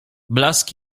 blask